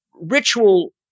ritual